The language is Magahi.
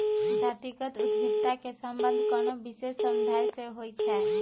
जातिगत उद्यमिता के संबंध कोनो विशेष समुदाय से होइ छै